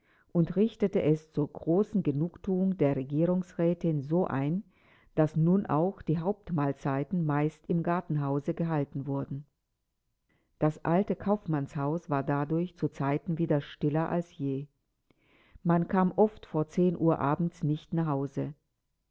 und richtete es zur großen genugthuung der regierungsrätin so ein daß nun auch die hauptmahlzeiten meist im gartenhause gehalten wurden das alte kaufmannshaus war dadurch zu zeiten wieder stiller als je man kam oft vor zehn uhr abends nicht nach hause